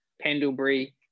Pendlebury